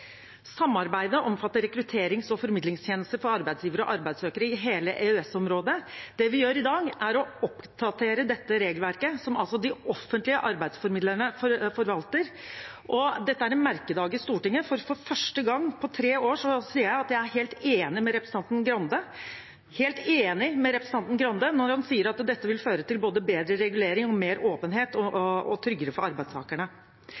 Samarbeidet omfatter rekrutterings- og formidlingstjenester for arbeidsgivere og arbeidssøkere i hele EØS-området. Det vi gjør i dag, er å oppdatere dette regelverket – som altså de offentlige arbeidsformidlerne forvalter. Og dette er en merkedag i Stortinget, for for første gang på tre år sier jeg at jeg er helt enig med representanten Arild Grande. Jeg er helt enig med representanten Grande når han sier at dette vil føre til både bedre regulering og mer åpenhet og trygghet for arbeidstakerne.